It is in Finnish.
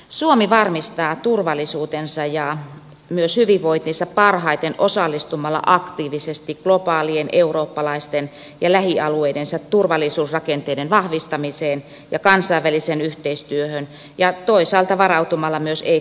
suomi varmistaa turvallisuutensa ja myös hyvinvointinsa parhaiten osallistumalla aktiivisesti globaalien eurooppalaisten ja lähialueidensa turvallisuusrakenteiden vahvistamiseen ja kansainväliseen yhteistyöhön ja toisaalta varautumalla myös ei kansallisiin turvallisuusuhkiin